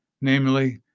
namely